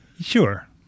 Sure